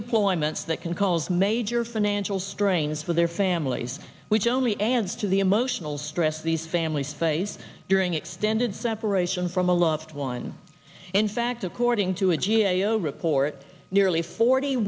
deployments that can cause major financial strains for their families which only adds to the emotional stress these families face during extended separation from a loved one in fact according to a g a o report nearly forty